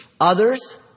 others